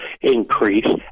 increase